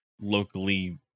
locally